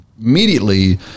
immediately –